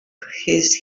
his